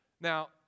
Now